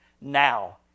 now